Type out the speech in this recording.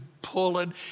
pulling